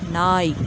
நாய்